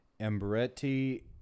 ambretti